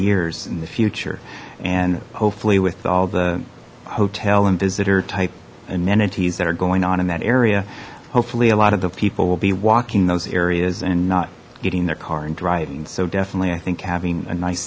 years in the future and hopefully with all the hotel and visitor type amenities that are going on in that area hopefully a lot of the people will be walking those areas and not getting their car and driving so definitely i think having a nice